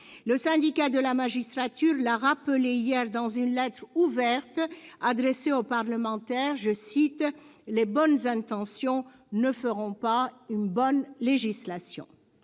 Le Syndicat de la magistrature l'a rappelé hier dans une lettre ouverte adressée aux parlementaires :« les bonnes intentions ne feront pas une bonne législation ».